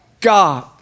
God